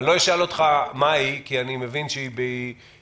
לא אשאל אותך מה היא כי אני מבין שהיא בעיצוב,